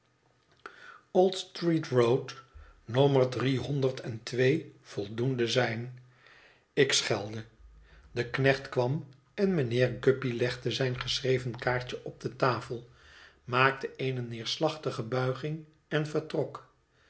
nommer driehonderd en twee voldoende zijn ik schelde de knecht kwam en mijnheer guppy legde zijn geschreven kaartje op de tafel maakte eene neerslachtige buiging en vertrok